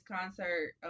concert